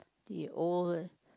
the old